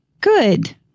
Good